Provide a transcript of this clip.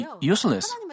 useless